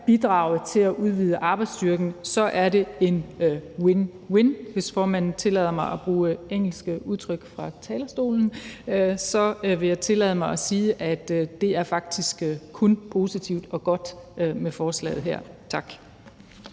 bidrage til at udvide arbejdsstyrken, så er det en win-win-situation – hvis formanden tillader mig at bruge engelske udtryk fra talerstolen. Så jeg vil tillade mig at sige, at det faktisk kun er positivt og godt med forslaget her. Tak.